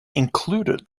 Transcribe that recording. included